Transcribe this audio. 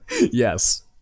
Yes